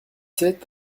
sept